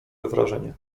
wrażenie